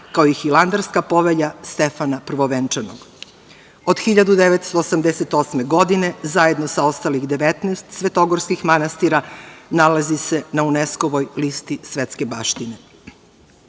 kao i Hilandarska povelja Stefana Prvovenčanog. Od 1988. godine zajedno sa ostalih 19 svetogorskih manastira nalazi se na UNESKO-voj listi svetske baštine. Hilandar